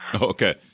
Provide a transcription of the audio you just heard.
Okay